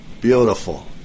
Beautiful